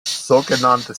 sogenannte